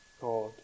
God